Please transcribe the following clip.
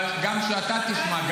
אבל שגם אתה תשמע,